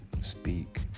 speak